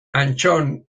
antton